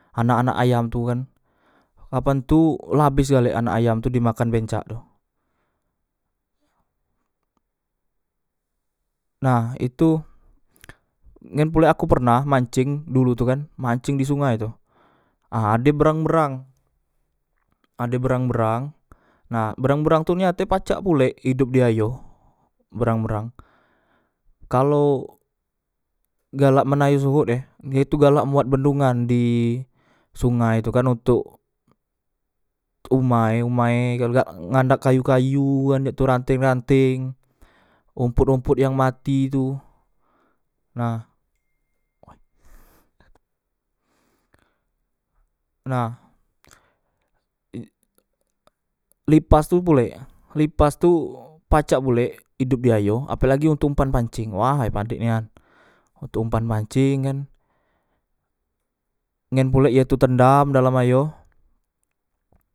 Anak anak ayam tu kan kapan tu la abes galek anak ayam tu dimakan bencak tu nah itu ngen pulek aku pernah manceng dulu tu kan manceng di sungai tu ah ade berang berang ade berang berang nah berang berang tu niate pacak pulek idop di ayo berang berang kalo galak men ayo sohot e ye tu galak buat bendongan di sungai tu kan ontok umae umae kalo dak ngadak kayu kayu cak tu kan rateng rateng ompot ompot yang mati tu nah way nah lipas tu pulek lipas tu pacak pulek idop di ayo apelagi ontok umpan panceng way padek nian ontok umpan panceng kan ngen pulek ye tu tendam dalam ayo